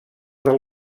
del